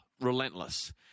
relentless